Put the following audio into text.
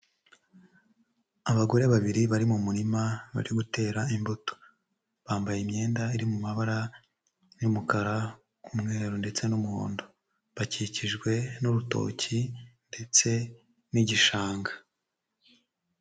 Abagore babiri bari mu murima bari gutera imbuto, bambaye imyenda iri mu mabara y'umukara, umweru, ndetse n'umuhondo, bakikijwe n'urutoki ndetse n'igishanga.